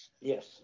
yes